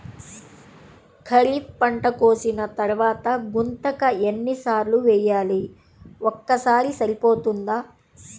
ఖరీఫ్ పంట కోసిన తరువాత గుంతక ఎన్ని సార్లు వేయాలి? ఒక్కసారి సరిపోతుందా?